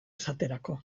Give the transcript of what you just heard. esaterako